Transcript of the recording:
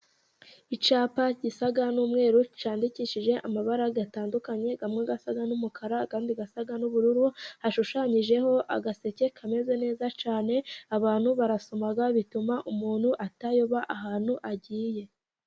Icyapa gisa n'umweru, cyandikishije amabara atandukanye , amwe asa n'umukara andi gasa n'ubururu , hashushanyijeho agaseke kameze neza cyane, abantu barasoma , bituma umuntu atayoba ahantu agiye.